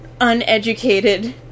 uneducated